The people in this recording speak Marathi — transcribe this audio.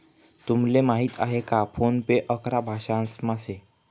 तुमले मालूम शे का फोन पे अकरा भाषांसमा शे